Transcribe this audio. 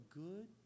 good